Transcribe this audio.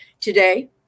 today